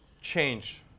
change